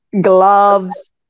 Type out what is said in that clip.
gloves